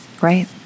right